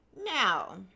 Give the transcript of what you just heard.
Now